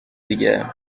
دیگه